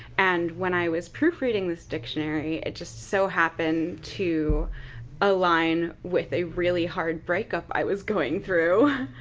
and when i was proofreading the dictionary, it just so happened to align with a really hard breakup i was going through,